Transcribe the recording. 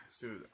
Dude